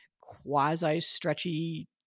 quasi-stretchy